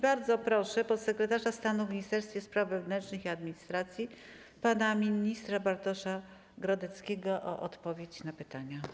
Bardzo proszę podsekretarza stanu w Ministerstwie Spraw Wewnętrznych i Administracji pana ministra Bartosza Grodeckiego o odpowiedź na pytania.